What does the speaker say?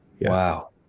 Wow